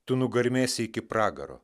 tu nugarmėsi iki pragaro